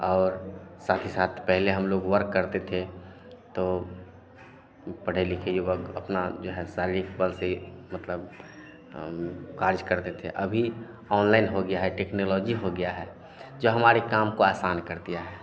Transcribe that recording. और साथ ही साथ पहले हम लोग वर्क करते थे तो उं पढ़े लिखे युवक अपना जो है सैलिफ पर से मतलब हम कार्य करते थे अभी ऑनलाइन हो गया है टेक्नोलॉजी हो गया है जो हमारे काम को आसान कर दिया है